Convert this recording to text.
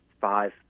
five